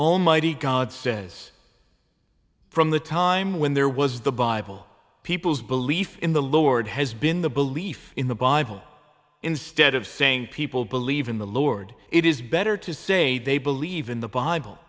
almighty god says from the time when there was the bible people's belief in the lord has been the belief in the bible instead of saying people believe in the lord it is better to say they believe in the bible